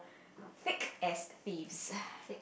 thick as thieves